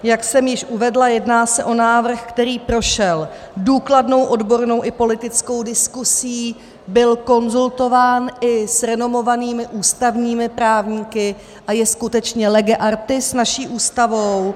Jak jsem již uvedla, jedná se o návrh, který prošel důkladnou odbornou i politickou diskuzí, byl konzultován i s renomovanými ústavními právníky a je skutečně lege artis s naší Ústavou.